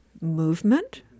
movement